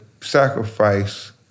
sacrifice